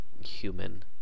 human